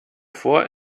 vor